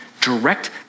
direct